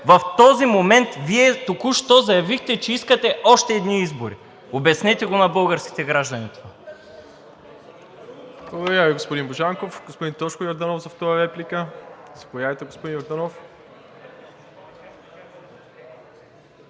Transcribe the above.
В този момент Вие току-що заявихте, че искате още едни избори?! Обяснете на българските граждани това!